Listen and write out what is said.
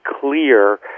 clear